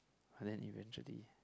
but then eventually